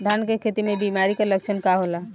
धान के खेती में बिमारी का लक्षण का होला?